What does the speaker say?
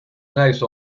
nice